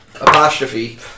Apostrophe